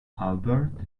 albert